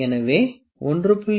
எனவே 1